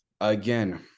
again